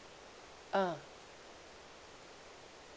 ah